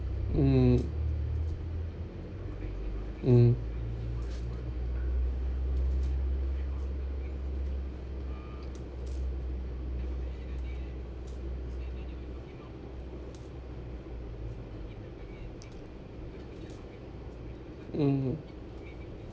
mm mm mm